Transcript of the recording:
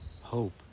hope